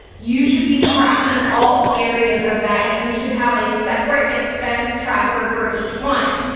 you should be tracking all areas of that and you should have a separate expense tracker for each one.